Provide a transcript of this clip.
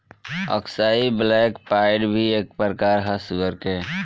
अक्साई black pied भी एक प्रकार ह सुअर के